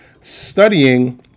studying